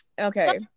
okay